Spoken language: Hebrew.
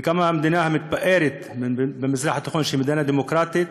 וכמה במדינה המתפארת שבמזרח התיכון היא מדינה דמוקרטית